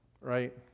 Right